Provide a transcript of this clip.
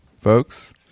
folks